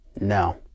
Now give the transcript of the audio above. No